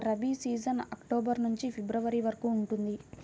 rabi season October నుండి ఫిబ్రవరి వరకు ఉంటుంది